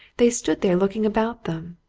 they stood there looking about them.